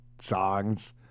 songs